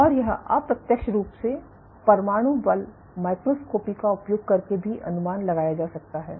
और यह अप्रत्यक्ष रूप से परमाणु बल माइक्रोस्कोपी का उपयोग करके भी अनुमान लगाया जा सकता है